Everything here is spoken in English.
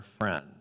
friend